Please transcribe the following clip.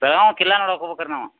ಬೆಳ್ಗಾವಿ ಕಿಲಾ ನೋಡಕ್ಕೆ ಹೋಗ್ಬೇಕ್ ರೀ ನಾವು